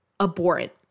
abhorrent